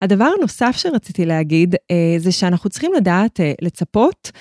הדבר הנוסף שרציתי להגיד, זה שאנחנו צריכים לדעת לצפות.